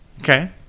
Okay